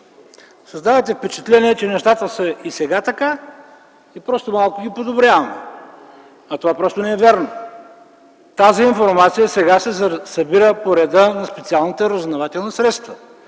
създавате впечатление, че нещата и сега са така, просто малко ги подобряваме. Това просто не е вярно. Тази информация сега се събира по реда на специалните разузнавателни средства.